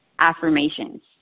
affirmations